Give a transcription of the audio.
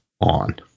on